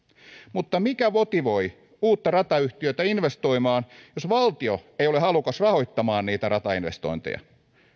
mutta mikä motivoi uutta ratayhtiötä investoimaan jos valtio ei ole halukas rahoittamaan niitä ratainvestointeja